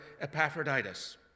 Epaphroditus